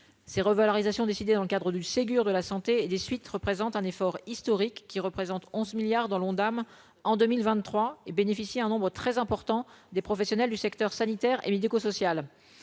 ces revalorisations décidées dans le cadre du Ségur de la Santé et des suites représente un effort historique qui représente 11 milliards dans l'Ondam, en 2023 et bénéficier un nombre très important des professionnels du secteur sanitaire et médico-social,